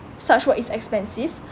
such work is expensive